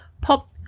Pop